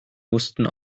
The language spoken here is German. mussten